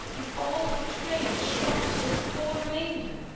is all our train shrunk to this poor remainder?